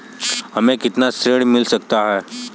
हमें कितना ऋण मिल सकता है?